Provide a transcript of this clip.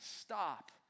stop